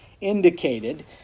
indicated